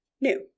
new